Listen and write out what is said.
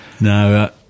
No